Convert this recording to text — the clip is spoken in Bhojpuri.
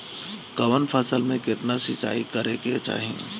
कवन फसल में केतना सिंचाई करेके चाही?